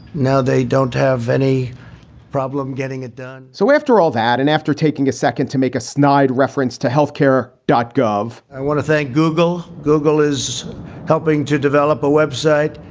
now they don't have any problem getting it done so after all that and after taking a second to make a snide reference to health care dot gov, i want to thank google google is helping to develop a website.